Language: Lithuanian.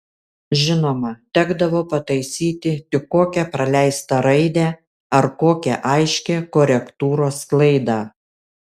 žinoma tekdavo pataisyti tik kokią praleistą raidę ar kokią aiškią korektūros klaidą